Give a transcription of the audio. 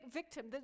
victim